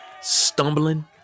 stumbling